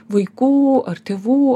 vaikų ar tėvų